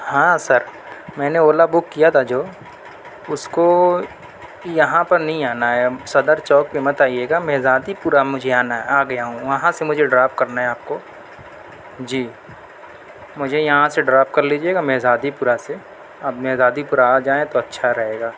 ہاں سر میں نے اولا بُک کیا تھا جو اُس کو یہاں پر نہیں آنا ہے اب صدر چوک پہ مت آئیے گا میزادی پورہ مجھے آنا آ گیا ہوں وہاں سے مجھے ڈراپ کرنا ہے آپ کو جی مجھے یہاں سے ڈراپ کر لیجئے گا میزادی پورہ سے اب میزادی پورہ آ جائیں تو اچھا رہے گا